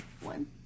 One